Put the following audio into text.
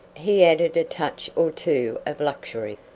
he added a touch or two of luxury,